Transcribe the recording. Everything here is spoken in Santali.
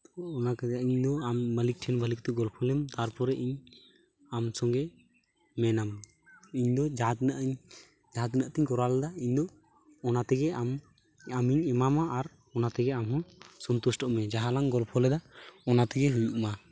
ᱚᱱᱟ ᱛᱮᱜᱮ ᱤᱧᱫᱚ ᱟᱢ ᱢᱟᱹᱞᱤᱠ ᱴᱷᱮᱱ ᱵᱷᱟᱹᱞᱤ ᱴᱷᱤᱠ ᱜᱚᱞᱯᱷᱚ ᱞᱮᱢ ᱛᱟᱨᱯᱚᱨᱮ ᱤᱧ ᱟᱢ ᱥᱚᱝᱜᱮ ᱢᱤᱱᱟᱹᱧᱟ ᱤᱧᱫᱚ ᱡᱟᱦᱟᱸ ᱛᱤᱱᱟᱹᱜ ᱤᱧ ᱡᱟᱦᱟᱸ ᱛᱤᱱᱟᱹᱜ ᱛᱤᱧ ᱠᱚᱨᱟᱣ ᱞᱮᱫᱟ ᱤᱧᱫᱚ ᱚᱱᱟ ᱛᱮᱜᱮ ᱟᱢ ᱟᱢᱤᱧ ᱮᱢᱟᱢᱟ ᱟᱨ ᱚᱱᱟᱛᱮᱜᱮ ᱟᱢᱦᱚᱸ ᱥᱩᱱᱛᱩᱥᱴᱚᱜ ᱢᱮ ᱡᱟᱦᱟᱸ ᱞᱟᱝ ᱜᱚᱞᱯᱷᱚ ᱞᱮᱫᱟ ᱚᱱᱟ ᱛᱮᱜᱮ ᱦᱩᱭᱩᱜ ᱢᱟ